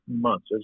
months